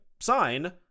sign